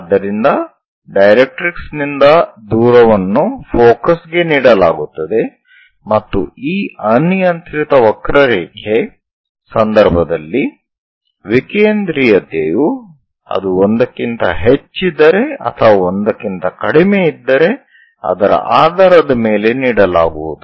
ಆದ್ದರಿಂದ ಡೈರೆಕ್ಟ್ರಿಕ್ಸ್ ನಿಂದ ದೂರವನ್ನು ಫೋಕಸ್ ಗೆ ನೀಡಲಾಗುತ್ತದೆ ಮತ್ತು ಈ ಅನಿಯಂತ್ರಿತ ವಕ್ರರೇಖೆ ಸಂದರ್ಭದಲ್ಲಿ ವಿಕೇಂದ್ರೀಯತೆಯು ಅದು 1 ಕ್ಕಿಂತ ಹೆಚ್ಚಿದ್ದರೆ ಅಥವಾ 1 ಕ್ಕಿಂತ ಕಡಿಮೆಯಿದ್ದರೆ ಅದರ ಆಧಾರದ ಮೇಲೆ ನೀಡಲಾಗುವುದು